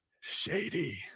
Shady